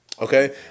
Okay